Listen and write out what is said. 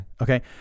Okay